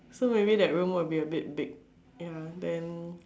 so maybe that room will be a bit big ya then